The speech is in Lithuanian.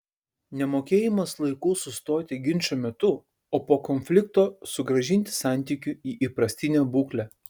nemokėjimas laiku sustoti ginčo metu o po konflikto sugrąžinti santykių į įprastinę būklę